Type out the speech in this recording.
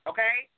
Okay